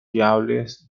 fiables